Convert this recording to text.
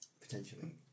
potentially